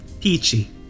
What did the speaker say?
Peachy